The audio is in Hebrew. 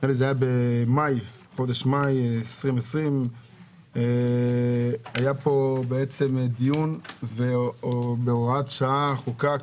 נדמה לי זה היה בחודש מאי 2020 היה פה דיון ובהוראת שעה חוקק